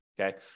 Okay